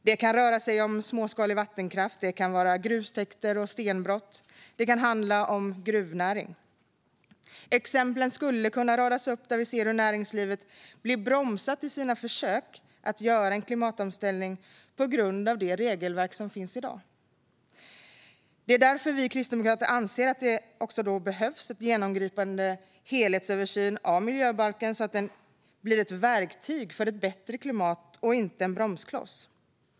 Det kan röra sig om småskalig vattenkraft, grustäkter och stenbrott, och det kan handla om gruvnäring. Exemplen skulle kunna radas upp där vi ser hur näringslivet, på grund av det regelverk som finns i dag, blir bromsat i sina försök att göra en klimatomställning. Det är därför vi kristdemokrater anser att det också behövs en genomgripande helhetsöversyn av miljöbalken, så att den blir ett verktyg för ett bättre klimat och inte en bromskloss.